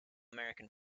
american